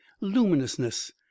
luminousness